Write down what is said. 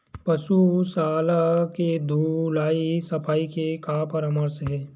पशु शाला के धुलाई सफाई के का परामर्श हे?